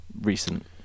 recent